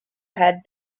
had